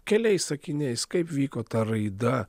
keliais sakiniais kaip vyko ta raida